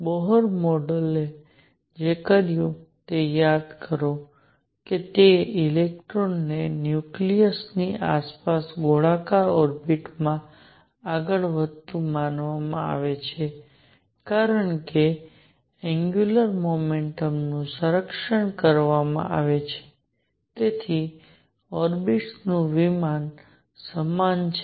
તેથી બોહર મોડેલે જે કર્યું તે યાદ કરો કે તે ઇલેક્ટ્રોનને ન્યુક્લિયસની આસપાસ ગોળાકાર ઓર્બિટ્સ માં આગળ વધતું માનવામાં આવે છે અને કારણ કે એંગ્યુલર મોમેન્ટમનું સંરક્ષણ કરવામાં આવે છે તેથી ઓર્બિટ્સ નું વિમાન સમાન છે